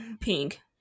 Pink